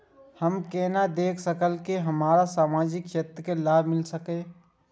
हम केना देख सकब के हमरा सामाजिक क्षेत्र के लाभ मिल सकैये?